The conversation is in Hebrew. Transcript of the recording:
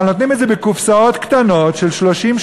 אבל נותנים את זה בקופסאות קטנות של 30,